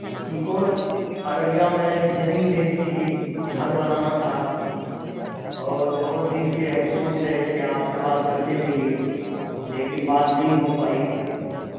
ہم کو ارریا میں زمین لینی تھی گھر بنانا تھا اور بہت دن سے ہم سوچ رہے تھے آپ سے بات کرنے کے لیے لیکن بات نہیں ہو پائی